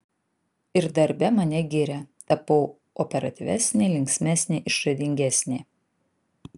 ir darbe mane giria tapau operatyvesnė linksmesnė išradingesnė